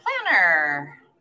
planner